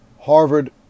Harvard